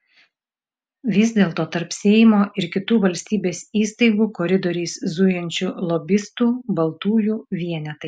vis dėlto tarp seimo ir kitų valstybės įstaigų koridoriais zujančių lobistų baltųjų vienetai